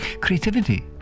Creativity